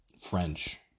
French